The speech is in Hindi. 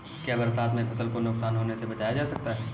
क्या बरसात में फसल को नुकसान होने से बचाया जा सकता है?